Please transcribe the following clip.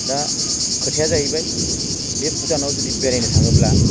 दा खोथाया जाहैबाय बे भुटानआव जुदि बेरायनो थाङोब्ला